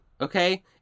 Okay